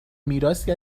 میراثی